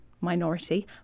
minority